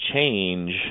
change